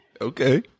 Okay